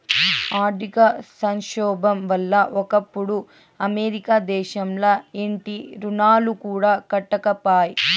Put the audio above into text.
ఆర్థిక సంక్షోబం వల్ల ఒకప్పుడు అమెరికా దేశంల ఇంటి రుణాలు కూడా కట్టకపాయే